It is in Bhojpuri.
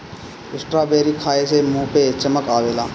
स्ट्राबेरी खाए से मुंह पे चमक आवेला